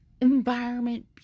environment